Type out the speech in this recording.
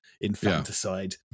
infanticide